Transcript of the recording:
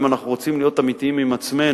אם אנחנו רוצים להיות אמיתיים עם עצמנו,